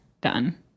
done